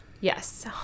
Yes